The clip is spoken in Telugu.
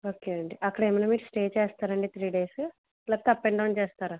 ఓకే అండి అక్కడేమన్నా మీరు స్టే చేస్తారండి త్రీ డేసు లేకపోతే అప్ అండ్ డౌన్ చేస్తారా